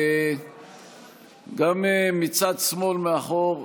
גם מצד שמאל מאחור,